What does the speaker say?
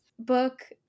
book